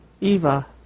Eva